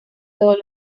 todos